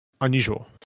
unusual